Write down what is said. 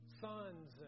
Sons